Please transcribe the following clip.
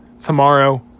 tomorrow